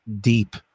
deep